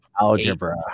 algebra